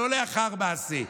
לא לאחר מעשה,